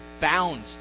bound